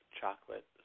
Chocolate